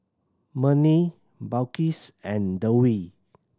Murni Balqis and Dewi